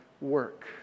work